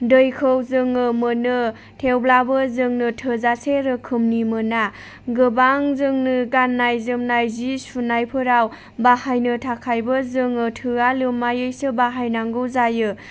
दैखौ जोङो मोनो थेवब्लाबो जोंनो थोजासे रोखोमनि मोना गोबां जोंनो गाननाय जोमनाय सि सुनायफोराव बाहायनो थाखायबो जोङो थोआ लोमायैसो बाहायनांगौ जायो